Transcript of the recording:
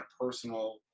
personal